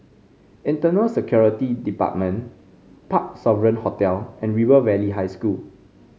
Internal Security Department Parc Sovereign Hotel and River Valley High School